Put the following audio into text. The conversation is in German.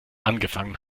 angefangen